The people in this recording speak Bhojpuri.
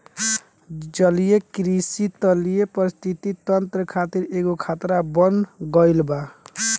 जलीय कृषि तटीय परिस्थितिक तंत्र खातिर एगो खतरा बन गईल बा